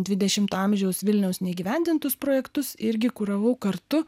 dvidešimto amžiaus vilniaus neįgyvendintus projektus irgi kuravau kartu